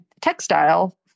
textile